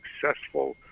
successful